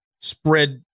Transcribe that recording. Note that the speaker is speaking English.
spread